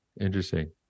interesting